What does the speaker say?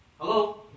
Hello